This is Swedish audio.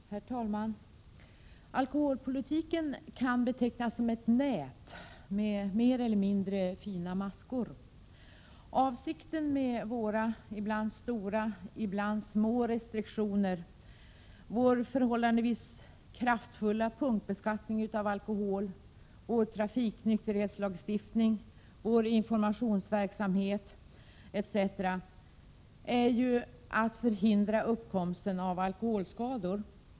Herr talman! Alkoholpolitiken kan betecknas som ett nät med mer eller mindre fina maskor. Avsikten med våra ibland stora, ibland små restriktioner, vår förhållandevis kraftfulla punktbeskattning av alkohol, vår trafiknykterhetslagstiftning, vår informationsverksamhet etc. är ju att förhindra uppkomsten av alkoholskador.